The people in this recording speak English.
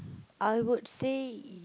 I would say uh